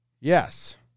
Yes